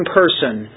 person